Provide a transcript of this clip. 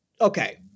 okay